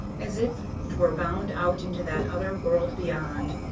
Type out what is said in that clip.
as if it were bound out into that other world beyond.